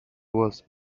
was